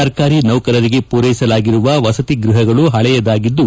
ಸರ್ಕಾರಿ ನೌಕರರಿಗೆ ಪೂರೈಸಲಾಗಿರುವ ವಸತಿ ಗೃಹಗಳು ಹಳೆಯದಾಗಿದ್ದು